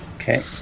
Okay